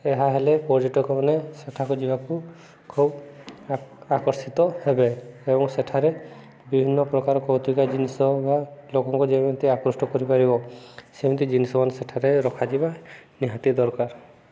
ଏହା ହେଲେ ପର୍ଯ୍ୟଟକମାନେ ସେଠାକୁ ଯିବାକୁ ଖୁବ ଆକର୍ଷିତ ହେବେ ଏବଂ ସେଠାରେ ବିଭିନ୍ନ ପ୍ରକାର କତ୍ରିକା ଜିନିଷ ବା ଲୋକଙ୍କ ଯେମିତି ଆକୃଷ୍ଟ କରିପାରିବ ସେମିତି ଜିନିଷ ମାନ ସେଠାରେ ରଖାଯିବା ନିହାତି ଦରକାର